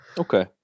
Okay